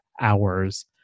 hours